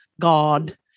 god